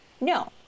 No